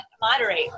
moderate